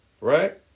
right